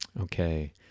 Okay